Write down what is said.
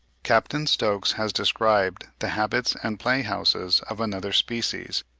captain stokes has described the habits and play-houses of another species,